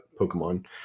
Pokemon